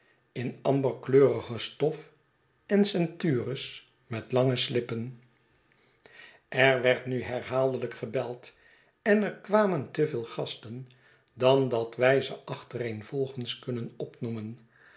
in amberkleurige stof en ceintures met lange slippen er werd nu herhaaldelijk gebeld en er kwamen te veel gasten dan dat wij ze achtereenvolgens kunnen opnoemen